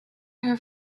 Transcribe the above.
her